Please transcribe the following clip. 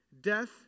death